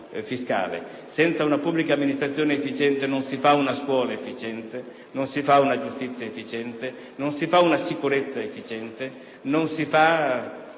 Senza una pubblica amministrazione efficiente, non si fa una scuola efficiente, non si fa una giustizia efficiente, non si fa una sicurezza efficiente, non si fa